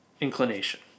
inclination